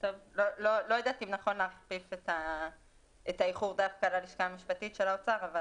לא יודעת אם נכון להכפיף את האיחור דווקא ללשכה המשפטית של האוצר.